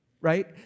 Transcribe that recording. right